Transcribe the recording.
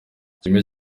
kimwe